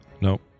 Nope